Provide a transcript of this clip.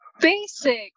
basic